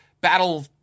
battle